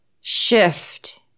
shift